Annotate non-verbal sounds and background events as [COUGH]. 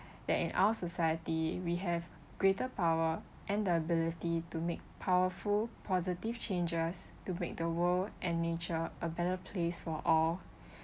that in our society we have greater power and the ability to make powerful positive changes to make the world and nature a better place for all [BREATH]